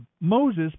Moses